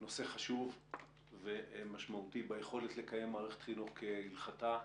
נושא חשוב ומשמעותי ביכולת לקיים מערכת חינוך כהלכתה.